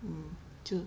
mm 就